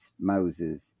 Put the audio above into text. Moses